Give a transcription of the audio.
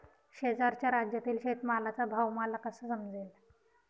शेजारच्या राज्यातील शेतमालाचा भाव मला कसा समजेल?